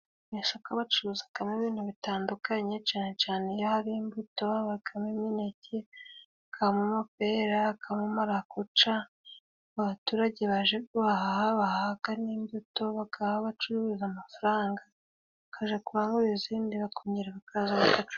Mu isoko bacuruzamo ibintu bitandukanye, cyane cyane iyo hari imbuto, hakabamo imineke, hakabamo amapera, hakabamara, marakuca, abaturage baje guhaha bahabwa n'imbuto, bagaha abacuruza amafaranga, bakajya kurangura izindi bakongera bakaza bagacuruza.